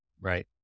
right